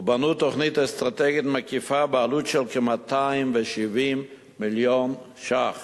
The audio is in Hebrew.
ובנו תוכנית אסטרטגית מקיפה בעלות של כ-270 מיליון ש"ח,